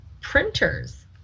printers